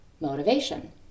motivation